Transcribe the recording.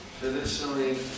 traditionally